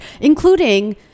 including